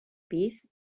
pis